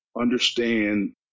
understand